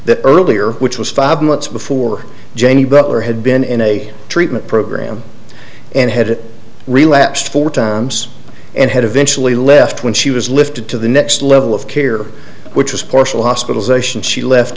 that earlier which was five months before jenny butler had been in a treatment program and had relapsed four times and had eventually left when she was lifted to the next level of care which was partial hospitalization she left